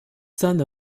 son